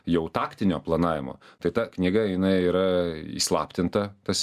jau taktinio planavimo tai ta knyga jinai yra įslaptinta tas